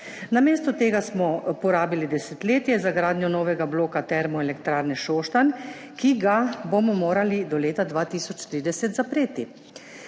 Namesto tega smo porabili desetletje za gradnjo novega bloka Termoelektrarne Šoštanj, ki ga bomo morali do leta 2030 zapreti.